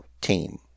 team